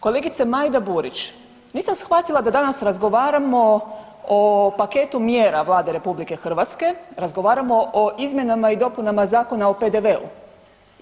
Kolegice Majda Burić, nisam shvatila da danas razgovaramo o paketu mjera Vlade RH, razgovaramo o izmjenama i dopunama Zakona o PDV-u.